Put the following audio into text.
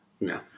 No